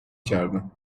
کردند